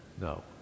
no